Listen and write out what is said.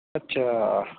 ਅੱਛਾ